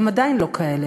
והן עדיין לא כאלה,